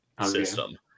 system